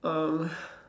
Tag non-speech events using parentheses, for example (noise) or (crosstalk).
um (breath)